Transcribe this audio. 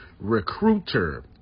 Recruiter